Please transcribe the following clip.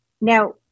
now